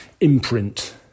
imprint